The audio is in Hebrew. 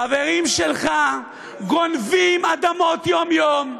חברים שלך גונבים אדמות יום-יום.